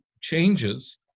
changes